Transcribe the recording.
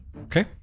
Okay